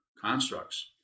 constructs